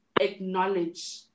acknowledge